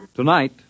Tonight